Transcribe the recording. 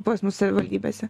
pas mus savivaldybėse